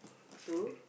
two